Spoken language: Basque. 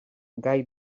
gai